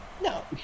No